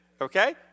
okay